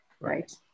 Right